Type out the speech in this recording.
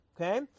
okay